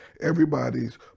Everybody's